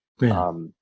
Right